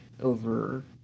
over